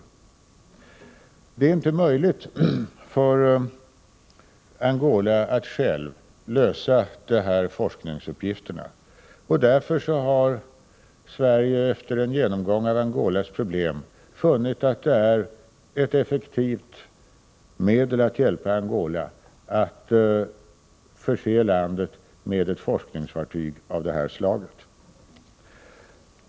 Angola har inte möjligheter att självt utföra dessa forskningsuppgifter, och därför har Sverige, efter en genomgång av Angolas problem, funnit att ett effektivt medel att hjälpa Angola är att förse landet med ett forskningsfartyg av detta slag.